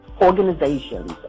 organizations